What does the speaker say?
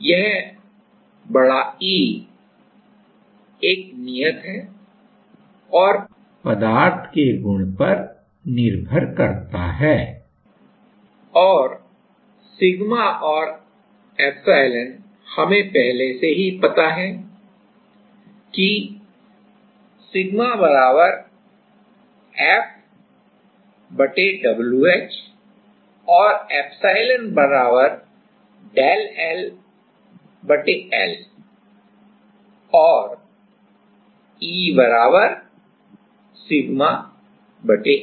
यह E एक नियत है और पदार्थ का गुण और σ और ε हमें पहले से ही ज्ञात है कि σFWH और εΔ L L और E σ ε